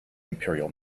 imperial